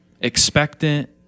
expectant